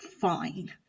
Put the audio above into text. fine